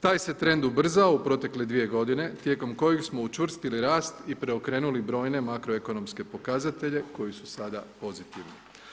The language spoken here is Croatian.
Taj se trend ubrzao, u protekle dvije godine tijekom kojeg smo učvrstili rast i preokrenuli brojne makroekonomske pokazatelje, koji su sada pozitivni.